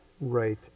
Right